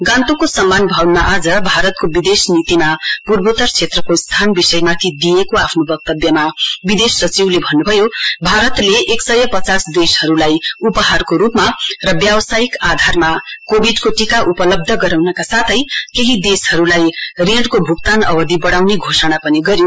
गान्तोकको सम्मान भवनमा आज भारतको विदेश नीतिमा पूर्वोतर क्षेत्रको स्थान विषयमाथि दिइएको आफ्नो व्यक्तव्यमा विदेश सचिवले भन्नुभयो भारतले एकसय पचास देशहरूलाई उपहारको रूपमा र व्यावसायिक आधारमा कोविडको टीका उपलब्ध गराउनका साथै केही देशहरूलाई ऋणको भूक्तान अवधि बढाउने घोषमा पनि गर्यो